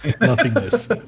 nothingness